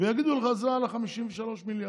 ויגידו לך: זה על ה-53 מיליארד.